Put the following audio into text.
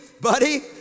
buddy